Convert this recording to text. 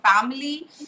family